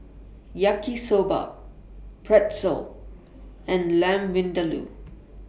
Yaki Soba Pretzel and Lamb Vindaloo